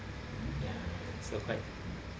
ya so quite